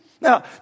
Now